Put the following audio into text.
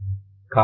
కాబట్టి అది హా